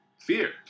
fear